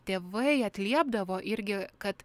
tėvai atliepdavo irgi kad